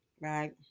right